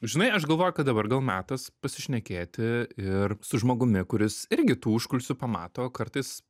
žinai aš galvoju kad dabar gal metas pasišnekėti ir su žmogumi kuris irgi tų užkulisių pamato kartais